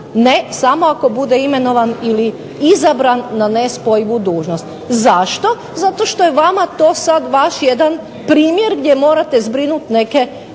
ne, samo ako bude imenovan ili izabran na nespojivu dužnost. Zašto? Zato što je vama to sad vaš jedan primjer gdje morate zbrinuti neke